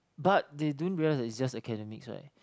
but they don't realize is just academic right